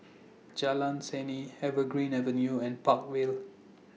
Jalan Seni Evergreen Avenue and Park Vale